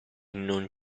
non